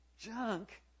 junk